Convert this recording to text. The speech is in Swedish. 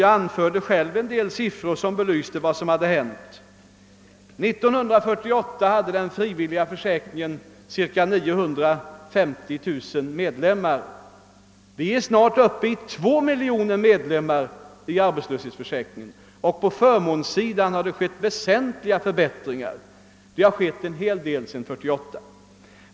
Jag anförde själv en del siffror som belyste vad som hade hänt. år 1948 hade den frivilliga försäkringen cirka 950 000 medlemmar. Vi är snart uppe i två miljoner medlemmar. På förmånssidan har det skett väsentliga förbättringar.